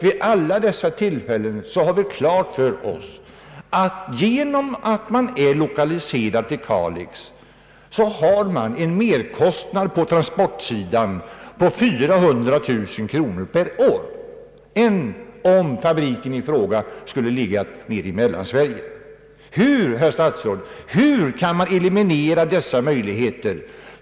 Vid alla dessa tillfällen fick vi klart för oss att lokaliseringen av ett företag till Kalix medför en merkostnad på transportsidan av 400 000 kronor per år mot om fabriken i fråga hade legat i Mellansverige. Hur, herr statsråd, skall man kunna eliminera dessa merkostnader?